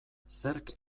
zerk